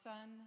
Son